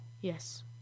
yes